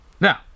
Now